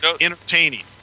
entertaining